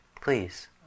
Please